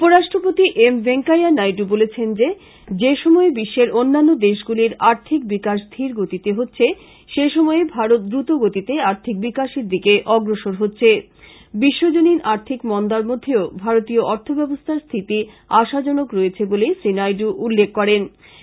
উপ রাষ্ট্রপতি এম ভেস্কাইয়া নাইড় বলেছেন যে সময়ে বিশ্বের অন্যান্য দেশগুলির আর্থিক বিকাশ ধীরগতিতে হচ্ছে সে সময়ে ভারত দ্রুত গতিতে আর্থিক বিকাশের দিকে অগ্রসর হচ্ছে বিশ্বজননী আর্থিক মন্দার মাধ্যমে ভারতীয় অর্থব্যবস্থার স্থিতি আশাজনক রয়েছে বলে শ্রীনাইডু উল্লেখ করেন